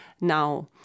now